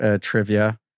trivia